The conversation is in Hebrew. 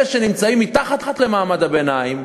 אלה שנמצאים מתחת למעמד הביניים,